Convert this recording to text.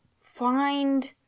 find